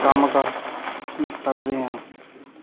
ਕੰਮ ਕਰ ਸ ਸਕਦੇ ਹਾਂ